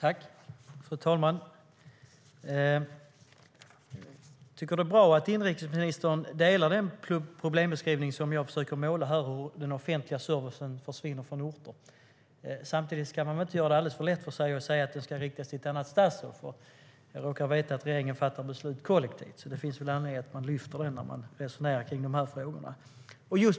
Fru talman! Jag tycker att det är bra att inrikesministern delar min problembeskrivning av hur den offentliga servicen försvinner från orter. Samtidigt ska man nog inte göra det alldeles för lätt för sig och säga att interpellationen ska riktas till ett annat statsråd. Jag råkar veta att regeringen fattar beslut kollektivt, så det finns väl anledning att man lyfter fram detta när man resonerar kring de här frågorna.